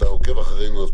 ואתה עוקב אחרינו,